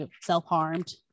self-harmed